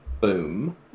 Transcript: Boom